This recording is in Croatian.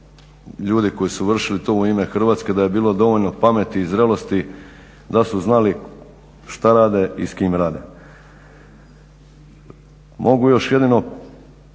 ljudi koji su vršili to u ime Hrvatske da je bilo dovoljno pameti i zrelosti da su znali šta rade i s kim rade. Mogu još jedino